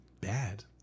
bad